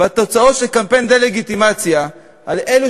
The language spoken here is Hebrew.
והתוצאות של קמפיין הדה-לגיטימציה על אלו